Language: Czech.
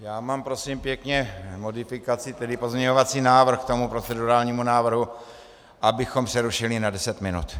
Já mám prosím pěkně modifikaci, tedy pozměňovací návrh k tomu procedurálnímu návrhu, abychom přerušili na 10 minut.